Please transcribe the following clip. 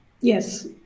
Yes